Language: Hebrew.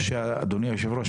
אדוני יושב הראש,